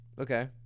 Okay